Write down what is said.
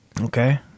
Okay